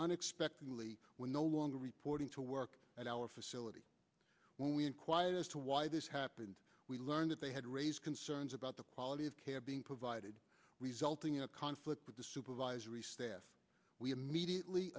unexpectedly were no longer reporting to work at our facility when we inquired as to why this happened we learned that they had raised concerns about the quality of care being provided resulting in a conflict with the supervisory staff we immediately